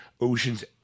oceans